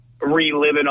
reliving